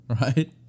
Right